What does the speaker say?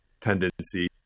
tendency